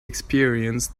experienced